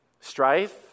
strife